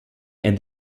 and